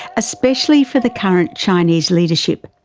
especially for the current chinese leadership.